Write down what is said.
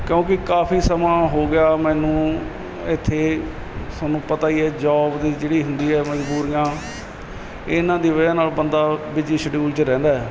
ਕਿਉਂਕਿ ਕਾਫ਼ੀ ਸਮਾਂ ਹੋ ਗਿਆ ਮੈਨੂੰ ਇੱਥੇ ਤੁਹਾਨੂੰ ਪਤਾ ਹੀ ਹੈ ਜੋਬ ਦੀ ਜਿਹੜੀ ਹੁੰਦੀ ਹੈ ਮਜ਼ਬੂਰੀਆਂ ਇਹਨਾਂ ਦੀ ਵਜ੍ਹਾ ਨਾਲ ਬੰਦਾ ਬਿਜੀ ਸ਼ਡਿਊਲ 'ਚ ਰਹਿੰਦਾ ਹੈ